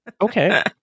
okay